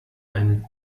beim